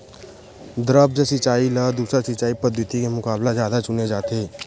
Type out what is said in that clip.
द्रप्स सिंचाई ला दूसर सिंचाई पद्धिति के मुकाबला जादा चुने जाथे